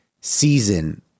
season